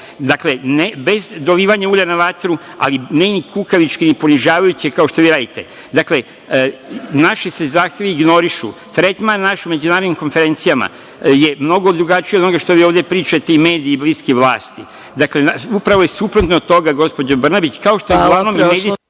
Dakle, bez dolivanja ulja na vatru, ali ne ni kukavički, ni ponižavajuće, kao što vi radite. Dakle, naši se zahtevi ignorišu. Tretman naš na međunarodnim konferencijama je mnogo drugačiji od onoga što vi ovde pričate i mediji bliski vlasti. Dakle, upravo je suprotno od toga, gospođo Brnabić, kao što je uglavnom i medijski